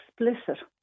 explicit